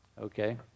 Okay